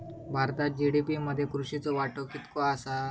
भारतात जी.डी.पी मध्ये कृषीचो वाटो कितको आसा?